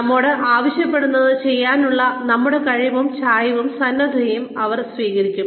നമ്മോട് ആവശ്യപ്പെടുന്നത് ചെയ്യാനുള്ള നമ്മുടെ കഴിവും ചായ്വും സന്നദ്ധതയും അവർ സ്വീകരിക്കണം